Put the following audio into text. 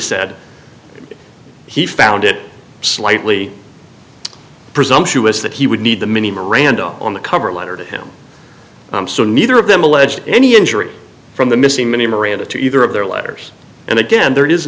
said he found it slightly presumptuous that he would need the many miranda on the cover letter to him neither of them alleged any injury from the missing many miranda to either of their letters and again there is